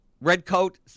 Redcoat